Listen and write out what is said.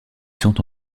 sont